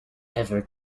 ever